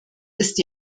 ist